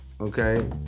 okay